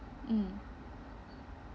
mm